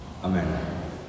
Amen